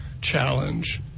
challenge